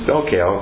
okay